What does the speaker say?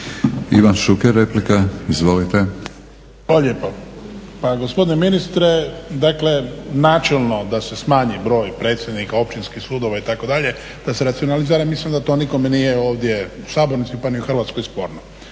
Ivan (HDZ)** Hvala lijepa. Pa gospodine ministre, dakle načelno da se smanji broj predsjednika, općinskih sudova itd., da se racionalizira. Mislim da to nikome nije ovdje u sabornici, pa ni u Hrvatskoj sporno.